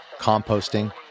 composting